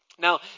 Now